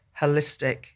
holistic